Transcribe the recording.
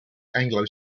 anglo